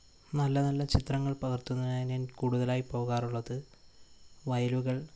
നല്ല നല്ല ചിത്രങ്ങൾ പകർത്തുന്നതിനായി ഞാൻ കൂടുതലായി പോകാറുള്ളത് വയലുകൾ